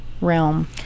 realm